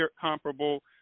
comparable